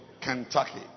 Kentucky